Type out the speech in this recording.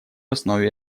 основе